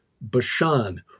Bashan